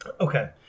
Okay